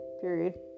period